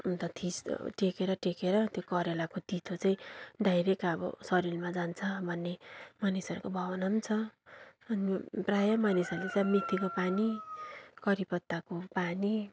अन्त थिच् टेकेर टेकेर त्यो करेलाको तितो चाहिँ डाइरेक्ट अब शरीरमा जान्छ भन्ने मानिसहरूको भावना पनि छ अनि प्रायः मानिसहरूले चाहिँ अब मेथीको पानी कडी पत्ताको पानी